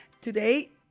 Today